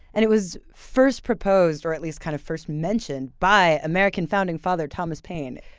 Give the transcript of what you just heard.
and it was first proposed or at least kind of first mentioned by american founding father thomas paine.